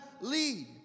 lead